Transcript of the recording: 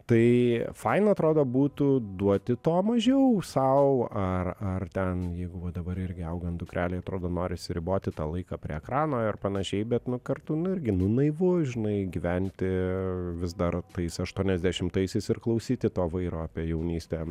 tai faina atrodo būtų duoti to mažiau sau ar ar ten jeigu va dabar irgi augant dukrelei atrodo norisi riboti tą laiką prie ekrano ir panašiai bet nu kartu nu irgi nu naivu žinai gyventi vis dar tais aštuoniasdešimtaisiais ir klausyti to vairo apie jaunystę